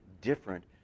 different